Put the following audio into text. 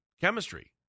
chemistry